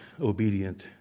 obedient